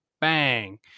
Bang